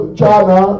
China